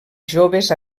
joves